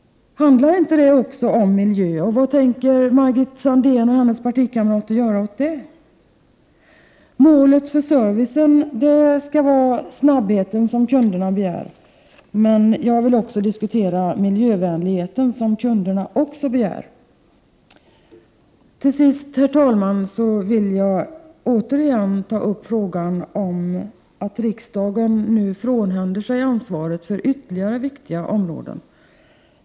Handlar det inte också om miljö? Vad tänker Margit Sandéhn och hennes partikamrater göra åt det? Målet för servicen skall vara snabbheten som kunderna begär, men jag vill också diskutera miljövänlighet, som kunderna också begär. Till sist, herr talman, vill jag återigen ta upp frågan om att riksdagen nu frånhänder sig ansvaret för ytterligare viktiga områden.